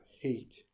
hate